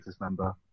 member